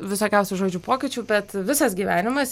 visokiausių žodžiu pokyčių bet visas gyvenimas